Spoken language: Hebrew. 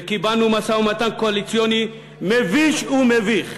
וקיבלנו משא-ומתן קואליציוני מביש ומביך,